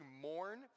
mourn